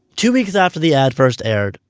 two weeks after the ad first aired,